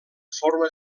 forma